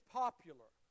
popular